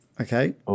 Okay